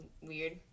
weird